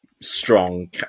strong